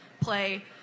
play